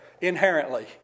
inherently